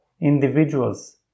individuals